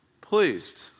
Pleased